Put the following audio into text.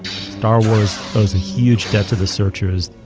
star wars owes a huge debt to the searchers.